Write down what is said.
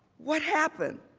what happened?